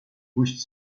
pójść